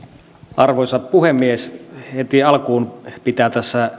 arvoisa puhemies heti alkuun pitää